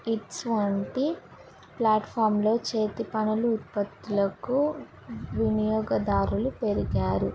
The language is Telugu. ఇట్స్ వంటి ప్లాట్ఫామ్లో చేతి పనులు ఉత్పత్తులకు వినియోగదారులు పెరిగారు